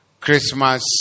Christmas